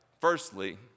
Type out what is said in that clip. firstly